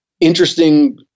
interesting